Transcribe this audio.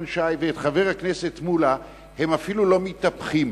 שי ואת חבר הכנסת מולה הם אפילו לא מתהפכים,